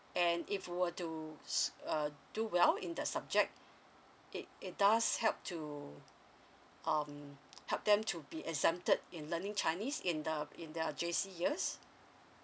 and if were to s~ uh do well in the subject it it does help to um help them to be exempted in learning chinese in the in their J_C years